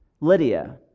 Lydia